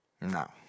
No